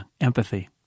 Empathy